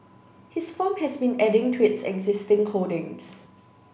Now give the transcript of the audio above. his firm has been adding to its existing holdings